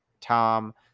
Tom